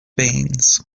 beans